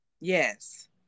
Yes